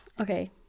Okay